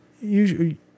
Usually